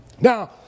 Now